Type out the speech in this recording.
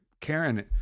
karen